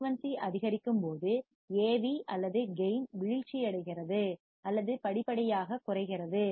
frequency அதிகரிக்கும் போது Av அல்லது கேயின் வீழ்ச்சியடைகிறது அல்லது படிப்படியாக குறைகிறது